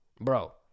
Bro